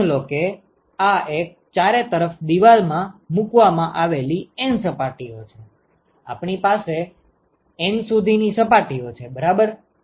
તો નોંધ લો કે આ એક ચારે તરફ દીવાલ માં મૂકવામાં આવેલી N સપાટીઓ છે આપણી પાસે N સુધીની સપાટીઓ છે બરાબર